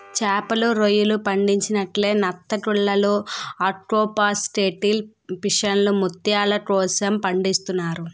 చేపలు, రొయ్యలు పండించినట్లే నత్తగుల్లలు ఆక్టోపస్ కేటిల్ ఫిష్లను ముత్యాల కోసం పండిస్తున్నారు